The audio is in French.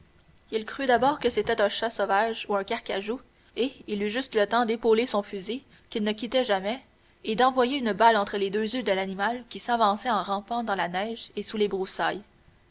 il crut d'abord que c'était un chat sauvage ou un carcajou et il eut juste le temps d'épauler son fusil qu'il ne quittait jamais et d'envoyer une balle entre les deux yeux de l'animal qui s'avançait en rampant dans la neige et sous les broussailles